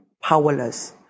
powerless